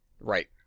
Right